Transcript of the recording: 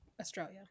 Australia